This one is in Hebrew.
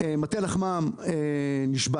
מטה לחמם נשבר.